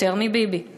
"יותר מביבי";